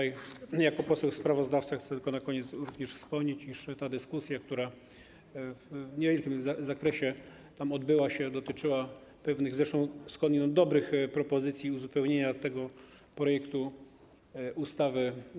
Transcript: Jako poseł sprawozdawca chcę tylko na koniec również wspomnieć, iż ta dyskusja, która w niewielkim zakresie się odbyła, dotyczyła pewnych, skądinąd dobrych, propozycji uzupełnienia tego projektu ustawy.